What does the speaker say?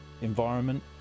environment